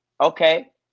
okay